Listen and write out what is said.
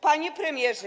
Panie Premierze!